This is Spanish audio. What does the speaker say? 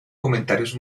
comentarios